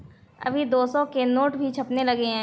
अभी दो सौ के नोट भी छपने लगे हैं